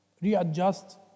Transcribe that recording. readjust